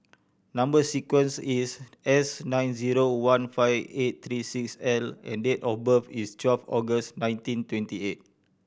number sequence is S nine zero one five eight three six L and date of birth is twelve August nineteen twenty eight